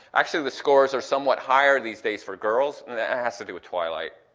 actually, the scores are somewhat higher these days for girls, and that has to do with twilight,